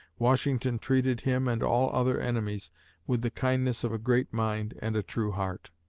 washington treated him and all other enemies with the kindness of a great mind and a true heart.